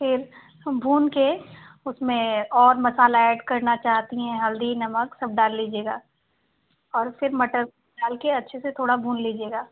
फिर भून कर उसमें और मसाला ऐड करना चाहती हैं हल्दी नमक सब डाल लीजिएगा और फिर मटर डाल कर अच्छे से थोड़ा भून लीजिएगा